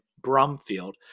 Brumfield